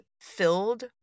filled